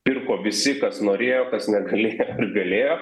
pirko visi kas norėjo kas negalėjo ir galėjo